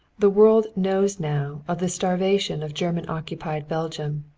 the world knows now of the starvation of german-occupied belgium.